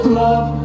love